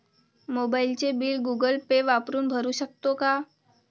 मोबाइलचे bill Google Pay वापरून भरू शकतो का?